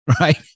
right